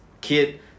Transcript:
kid